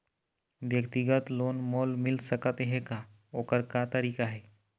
व्यक्तिगत लोन मोल मिल सकत हे का, ओकर का तरीका हे?